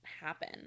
happen